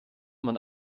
man